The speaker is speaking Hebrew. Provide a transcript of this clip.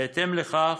בהתאם לכך,